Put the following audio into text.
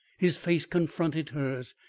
his face confronted hers.